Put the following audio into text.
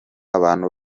abantu